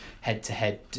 head-to-head